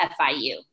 FIU